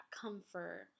comfort